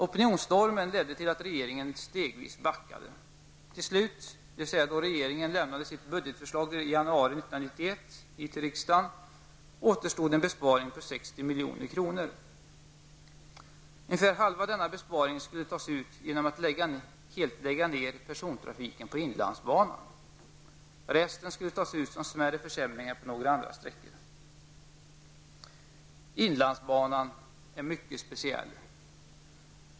Opinionsstormen ledde till att regeringen stegvis backade. Till slut, dvs. då regeringen lämnade sitt budgetförslag till riksdagen i januari 1991, återstod en besparing på 60 milj.kr. Ungefär hälften av denna besparing skulle tas ut genom att helt lägga ner persontrafiken på inlandsbanan. Resten skulle tas ut genom smärre försämringar på några andra sträckor. Inlandsbanan är mycket speciell.